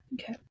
Okay